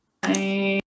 Bye